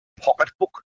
pocketbook